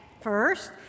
First